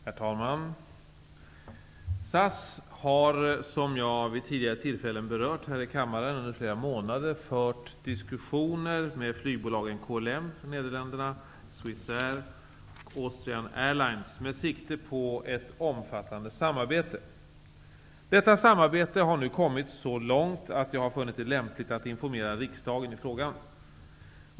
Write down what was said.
Herr talman! SAS har, som jag vid tidigare tillfällen berört här i kammaren, under flera månader fört diskussioner med flygbolagen KLM Airlines med sikte på ett omfattande samarbete. Detta arbete har nu kommit så långt att jag har funnit det lämpligt att informera riksdagen i frågan.